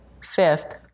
fifth